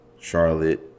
Charlotte